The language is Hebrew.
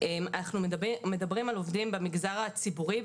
אנחנו מדברים על עובדים במגזר הציבורי,